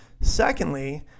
secondly